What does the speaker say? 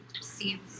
see